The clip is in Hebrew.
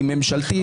היא ממשלתית?